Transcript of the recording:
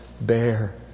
bear